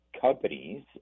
companies